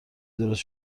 درست